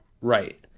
right